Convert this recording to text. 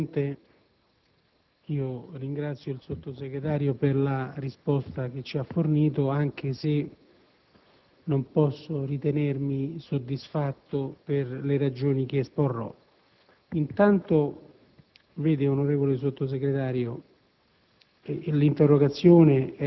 Signor Presidente, ringrazio il sottosegretario Pajno per la risposta che ci ha fornito, anche se non posso ritenermi soddisfatto, per le ragioni che esporrò. Intanto, vede, onorevole Sottosegretario,